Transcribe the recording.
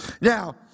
Now